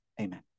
Amen